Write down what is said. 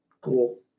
Cool